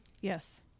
Yes